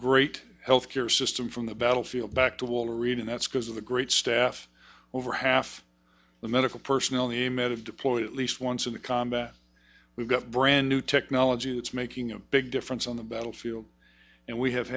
great health care system from the battlefield back to walter reed and that's because of the great staff over half the medical personnel they met of deployed at least once in combat we've got brand new technology that's making a big difference on the battlefield and we have